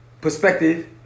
perspective